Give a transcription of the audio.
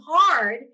hard